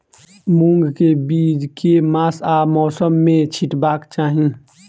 मूंग केँ बीज केँ मास आ मौसम मे छिटबाक चाहि?